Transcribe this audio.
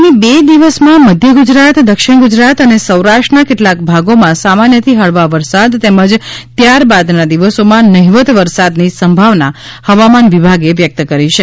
આગામી બે દિવસમાં મધ્ય ગુજરાત દક્ષિણ ગુજરાત અને સૌરાષ્ટ્રના કેટલાંક ભાગોમાં સામાન્યથી હળવા વરસાદ તેમજ ત્યાર બાદના દિવસોમાં નહિવત વરસાદની સંભાવના હવામાન વિભાગે વ્યક્ત કરી છે